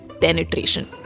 penetration